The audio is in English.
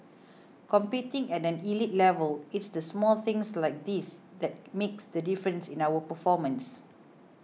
competing at an elite level it's the small things like this that makes the difference in our performance